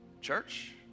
Church